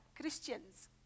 Christians